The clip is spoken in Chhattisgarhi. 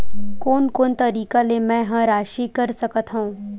कोन कोन तरीका ले मै ह राशि कर सकथव?